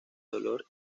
dolor